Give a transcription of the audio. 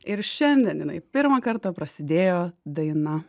ir šiandien jinai pirmą kartą prasidėjo daina